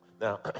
Now